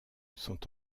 sont